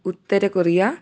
Uttara Korea